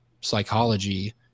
psychology